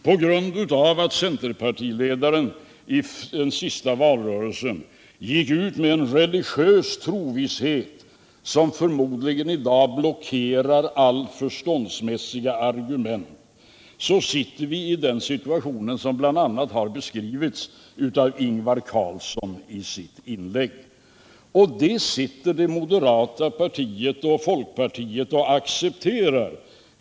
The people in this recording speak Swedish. På grund av att centerpartiledaren i den senaste valrörelsen gick ut med en religiös trosvisshet som förmodligen i dag gör honom helt blockerad för argument befinner vi oss i den situation som Ingvar Carlsson beskrev i sitt inlägg. Och det accepterar det moderata partiet och folkpartiet!